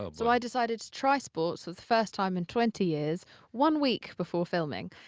um so i decided to try sports for the first time in twenty years one week before filming.